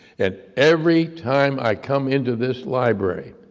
and every time i come into this library,